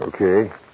Okay